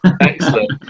Excellent